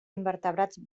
invertebrats